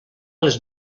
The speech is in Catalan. les